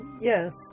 Yes